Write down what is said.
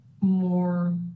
more